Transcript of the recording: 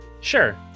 Sure